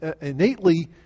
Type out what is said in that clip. innately